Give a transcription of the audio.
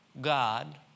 God